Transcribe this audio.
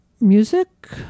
music